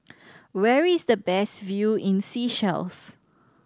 where is the best view in Seychelles